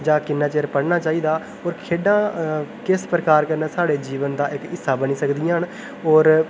किन्ना चिर पढनां चाहिदा ते खैढा किस प्रकार कन्ने साडे जीवन दा हिस्सा बनी सकदियां न और